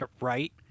Right